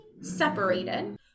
separated